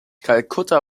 kalkutta